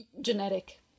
genetic